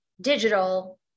digital